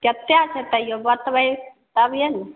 कतेक छै तैयो बतेबै तभीये ने